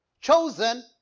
Chosen